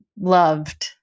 loved